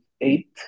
eight